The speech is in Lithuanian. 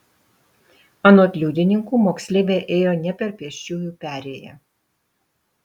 anot liudininkų moksleivė ėjo ne per pėsčiųjų perėją